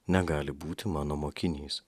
negali būti mano mokinys